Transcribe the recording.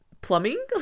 plumbing